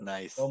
Nice